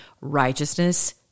Righteousness